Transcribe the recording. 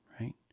right